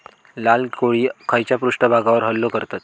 लाल कोळी खैच्या पृष्ठभागावर हल्लो करतत?